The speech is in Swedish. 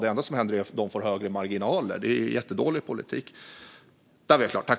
Det enda som händer är att de får högre marginaler. Det är jättedålig politik.